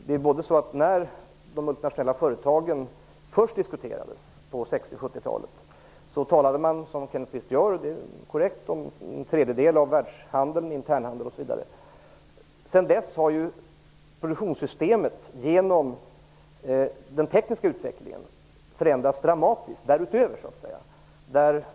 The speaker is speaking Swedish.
När de multinationella företagen först diskuterades på 60 och 70-talet talade man, som Kenneth Kvist också gör, om att en tredjedel av världshandeln är internhandel. Sedan dess har, därutöver så att säga, produktionssystemet genom den tekniska utvecklingen förändrats dramatiskt.